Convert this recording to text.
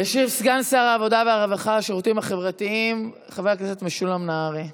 סגן שר העבודה והרווחה והשירותים החברתיים חבר הכנסת משולם נהרי.